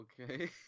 Okay